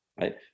right